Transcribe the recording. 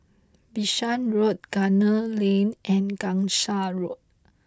Bishan Road Gunner Lane and Gangsa Road